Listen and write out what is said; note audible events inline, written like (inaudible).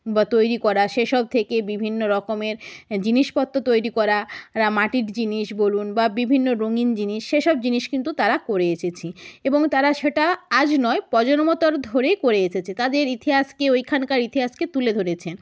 বা তৈরি করা সেসব থেকে বিভিন্ন রকমের জিনিসপত্র তৈরি করা (unintelligible) মাটির জিনিস বলুন বা বিভিন্ন রঙিন জিনিস সেসব জিনিস কিন্তু তারা করে এসেছে এবং তারা সেটা আজ নয় প্রজন্মতর ধরেই করে এসেছে তাদের ইতিহাসকে ওইখানকার ইতিহাসকে তুলে ধরেছে